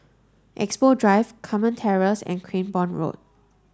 Expo Drive Carmen Terrace and Cranborne Road